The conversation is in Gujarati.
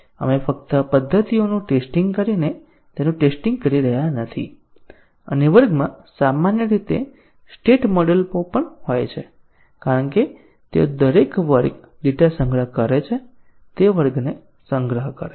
આપણે ફક્ત પદ્ધતિઓનું ટેસ્ટીંગ કરીને તેનું ટેસ્ટીંગ કરી રહ્યા નથી અને વર્ગમાં સામાન્ય રીતે સ્ટેટ મોડેલો પણ હોય છે કારણ કે તેઓ દરેક વર્ગ ડેટા સંગ્રહ કરે છે તે વર્ગને સંગ્રહ કરે છે